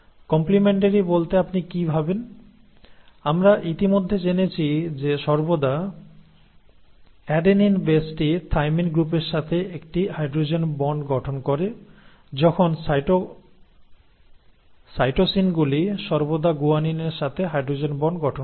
complementary বলতে আপনি কি ভাবেন আমরা ইতিমধ্যে জেনেছি যে সর্বদা অ্যাডেনিন বেসটি থাইমিন গ্রুপের সাথে একটি হাইড্রোজেন বন্ড গঠন করে যখন সাইটোসিনগুলি সর্বদা গুয়ানিনের সাথে হাইড্রোজেন বন্ড গঠন করে